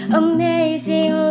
amazing